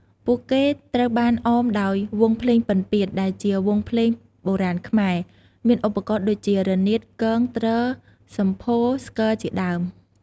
ពួកគេត្រូវបានអមដោយ វង់ភ្លេងពិណពាទ្យ ដែលជាវង់ភ្លេងបុរាណខ្មែរ មានឧបករណ៍ដូចជា រនាត គង ទ្រ សំភោរ ស្គរជាដើម។